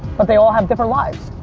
but they all have different lives.